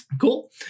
cool